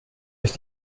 ist